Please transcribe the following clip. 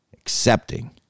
accepting